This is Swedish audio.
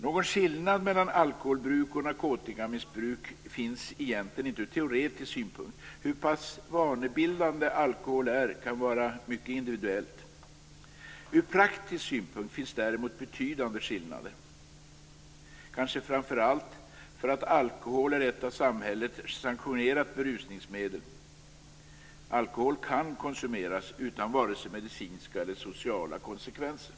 Någon skillnad mellan alkoholbruk och narkotikamissbruk finns egentligen inte ur teoretisk synpunkt. Hur pass vanebildande alkohol är kan vara mycket individuellt. Ur praktisk synpunkt finns däremot betydande skillnader, kanske framför allt därför att alkohol är ett av samhället sanktionerat berusningsmedel. Alkohol kan konsumeras utan vare sig medicinska eller sociala konsekvenser.